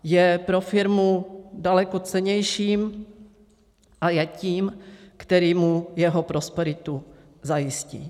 Je pro firmu daleko cennějším a je tím, který mu jeho prosperitu zajistí.